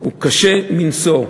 הוא קשה מנשוא,